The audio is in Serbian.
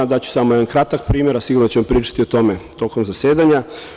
Daću samo jedan kratak primer, a sigurno ćemo pričati o tome tokom zasedanja.